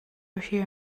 hear